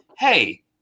Hey